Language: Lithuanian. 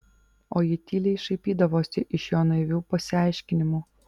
o ji tyliai šaipydavosi iš jo naivių pasiaiškinimų